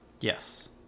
Yes